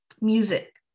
music